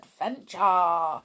adventure